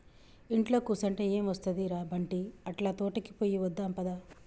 ఇంట్లో కుసంటే ఎం ఒస్తది ర బంటీ, అట్లా తోటకి పోయి వద్దాం పద